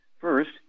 first